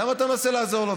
למה אתה מנסה לעזור לו?